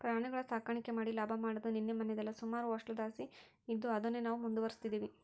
ಪ್ರಾಣಿಗುಳ ಸಾಕಾಣಿಕೆ ಮಾಡಿ ಲಾಭ ಮಾಡಾದು ನಿನ್ನೆ ಮನ್ನೆದಲ್ಲ, ಸುಮಾರು ವರ್ಷುದ್ಲಾಸಿ ಇದ್ದು ಅದುನ್ನೇ ನಾವು ಮುಂದುವರಿಸ್ತದಿವಿ